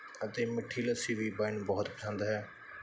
ਅਤੇ ਮਿੱਠੀ ਲੱਸੀ ਵੀ ਮੈਨੂੰ ਬਹੁਤ ਪਸੰਦ ਹੈ